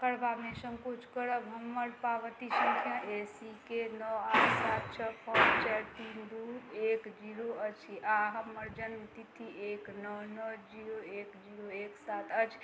करबामे संकोच करब हमर पावती सँख्या ए सी के नओ आठ सात छओ पाँच चारि तीन दुइ एक जीरो अछि आओर हमर जनमतिथि एक नओ नओ जीरो एक जीरो एक सात अछि